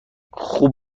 خوب